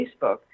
Facebook